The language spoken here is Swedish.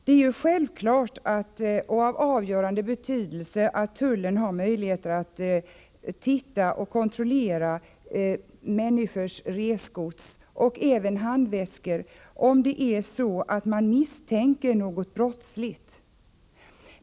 Det är självklart, och av avgörande betydelse, att tullen skall ha möjligheter att titta i och kontrollera människors resgods — det gäller givetvis även handväskor — om det är så att man misstänker något brottsligt.